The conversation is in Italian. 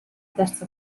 terza